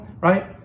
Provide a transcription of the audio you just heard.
right